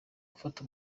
gufata